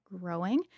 growing